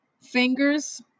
Fingers